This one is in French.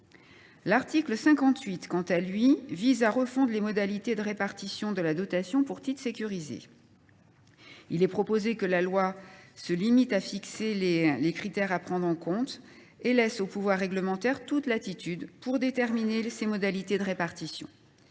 L’article 58, quant à lui, vise à refondre les modalités de répartition de la DTS. Il est proposé que la loi se limite à fixer les critères à prendre en compte et laisse au pouvoir réglementaire toute latitude pour déterminer les modalités de répartition.